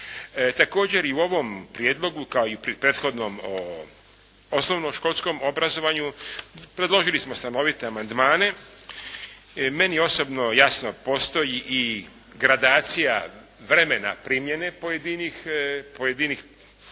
Također, i u ovom prijedlogu, kao i u prethodnom osnovnoškolskom obrazovanju, predložili smo stanovite amandmane. Meni osobno, jasno, postoji i gradacija vremena primjene pojedinih prijedloga